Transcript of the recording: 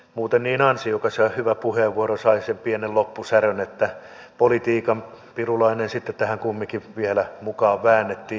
muuten niin ansiokas ja hyvä puheenvuoro sai sen pienen loppusärön että politiikan pirulainen sitten tähän kumminkin vielä mukaan väännettiin